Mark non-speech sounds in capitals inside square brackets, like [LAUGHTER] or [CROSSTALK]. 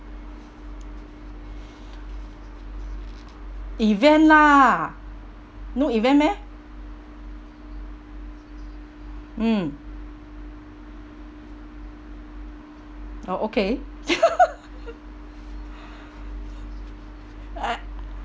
event lah no event meh mm oh okay [LAUGHS] I